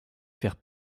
faire